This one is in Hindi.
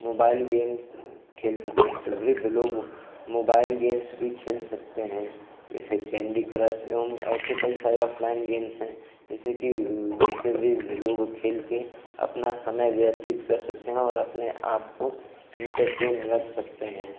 मोबाइल गेम्स खेल सकते हैं तो वृद्ध लोग मोबाइल गेम्स भी खेल सकते हैं जैसे कैन्डी क्रश एवं ऐसे कई सारे ऑफ़लाइन गेम्स हैं जैसे कि जिसे वे लोग खेलकर अपना समय व्यतीत कर सकते हैं और अपने आपको इन्टरटेन रख सकते हैं